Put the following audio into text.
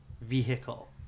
vehicle